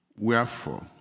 Wherefore